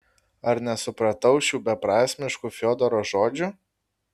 ar nesupratau šių beprasmiškų fiodoro žodžių